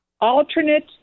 Alternate